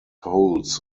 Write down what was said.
holds